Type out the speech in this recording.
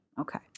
Okay